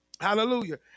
Hallelujah